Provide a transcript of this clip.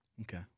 Okay